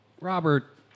Robert